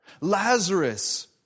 Lazarus